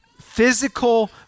physical